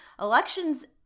elections